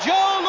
Joe